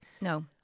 no